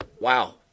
Wow